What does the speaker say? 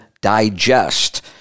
digest